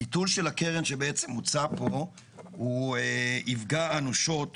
הביטול של הקרן שבעצם הוצע פה הוא יפגע אנושות